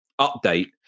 update